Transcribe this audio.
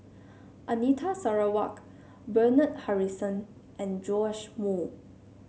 Anita Sarawak Bernard Harrison and Joash Moo